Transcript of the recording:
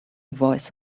voice